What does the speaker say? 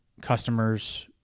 customers